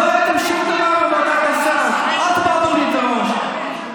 לא העליתם שום דבר, אל תבלבלי את הראש,